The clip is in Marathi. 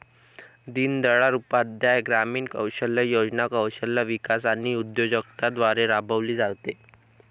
दीनदयाळ उपाध्याय ग्रामीण कौशल्य योजना कौशल्य विकास आणि उद्योजकता द्वारे राबविली जाते